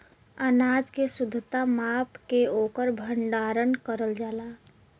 अनाज के शुद्धता माप के ओकर भण्डारन करल जाला